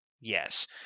Yes